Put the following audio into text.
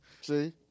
See